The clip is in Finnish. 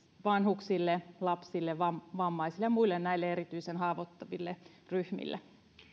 vanhuksille lapsille vammaisille ja muille näille erityisen haavoittuville ryhmille